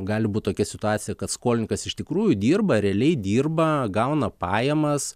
gali būt tokia situacija kad skolininkas iš tikrųjų dirba realiai dirba gauna pajamas